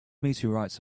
meteorites